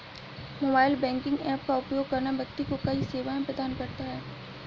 mobile banking app का उपयोग करना व्यक्ति को कई सेवाएं प्रदान करता है